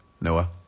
Noah